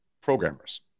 programmers